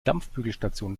dampfbügelstation